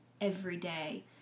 everyday